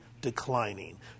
declining